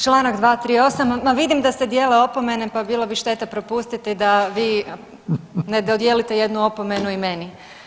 Čl. 238, ma vidim da se dijele opomene pa bilo bi šteta propustiti da vi ne dodijelite jednu opomenu i meni.